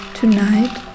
tonight